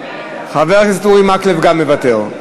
חבר הכנסת אורי מקלב גם מוותר.